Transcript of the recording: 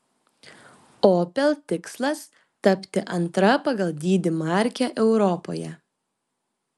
opel tikslas tapti antra pagal dydį marke europoje